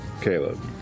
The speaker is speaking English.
Caleb